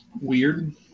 Weird